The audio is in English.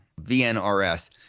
VNRS